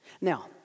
now